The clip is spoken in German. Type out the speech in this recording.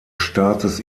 staates